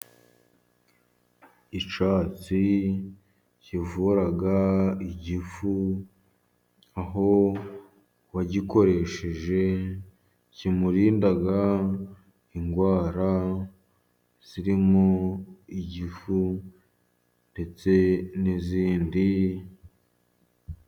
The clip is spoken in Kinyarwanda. Icyatsi kivura igifu, aho uwagikoresheje kimurinda indwara zirimo igifu, ndetse n'izindi.